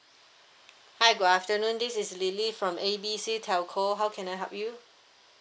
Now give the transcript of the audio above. hi good afternoon this is lily from A B C telco how can I help you